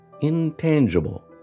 intangible